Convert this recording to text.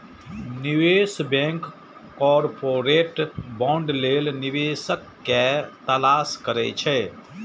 निवेश bank corporate bond लेल निवेशक के तलाश करै छै